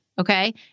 Okay